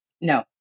No